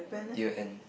year end